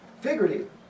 figurative